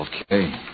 Okay